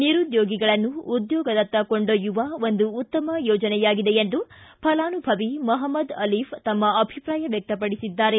ನಿರುದ್ಯೋಗಿಗಳನ್ನು ಉದ್ಯೋಗತ್ತ ಕೊಂಡೊಯುವ ಒಂದು ಉತ್ತಮ ಯೋಜನೆಯಾಗಿದೆ ಎಂದು ಫಲಾನುಭವಿ ಮಹಮ್ದದ ಅಲೀಫ್ ತಮ್ಮ ಅಭಿಪ್ರಾಯ ವ್ಯಕ್ತಪಡಿಸಿದ್ದಾರೆ